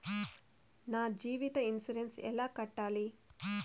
నా జీవిత ఇన్సూరెన్సు ఎలా కట్టాలి?